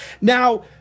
Now